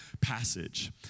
passage